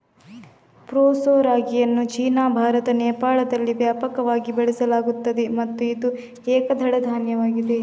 proso ರಾಗಿಯನ್ನು China, Bharat, ನೇಪಾಳದಲ್ಲಿ ವ್ಯಾಪಕವಾಗಿ ಬೆಳೆಸಲಾಗುತ್ತದೆ ಮತ್ತು ಇದು ಏಕದಳ ಧಾನ್ಯವಾಗಿದೆ